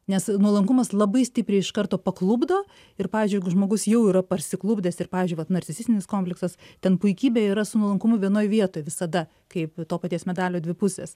nes nuolankumas labai stipriai iš karto paklupdo ir pavyzdžiui jeigu žmogus jau yra parsiplukdęs ir pavyzdžiui vat narcisistinis konfliktas ten puikybė yra su nuolankumu vienoj vietoj visada kaip to paties medalio dvi pusės